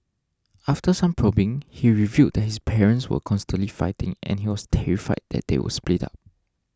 after some probing he revealed that his parents were constantly fighting and he was terrified that they would split up